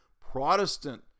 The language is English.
protestant